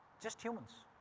just humans.